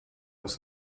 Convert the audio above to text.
was